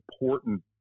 important